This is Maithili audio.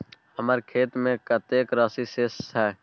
हमर खाता में कतेक राशि शेस छै?